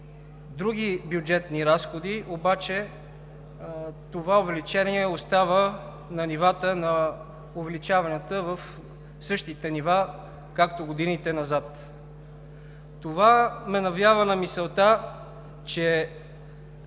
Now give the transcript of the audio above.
други бюджетни разходи обаче това увеличение остава на същите нива на увеличавания, както в годините назад. Това ме навява на мисълта, че